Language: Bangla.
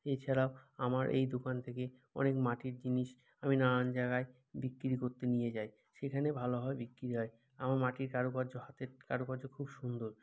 এছাড়াও আমার এই দোকান থেকে অনেক মাটির জিনিস আমি নানান জাগায় বিক্রি করতে নিয়ে যাই সেখানে ভালোভাবে বিক্রি হয় আমার মাটির কারুকার্য হাতের কারুকার্য খুব সুন্দর